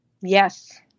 Yes